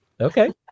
okay